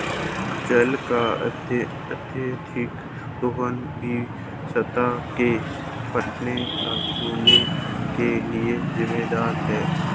जल का अत्यधिक दोहन भू सतह के फटने या धँसने के लिये जिम्मेदार है